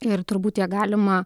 ir turbūt ją galima